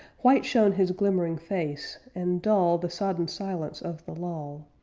white shone his glimmering face, and dull the sodden silence of the lull,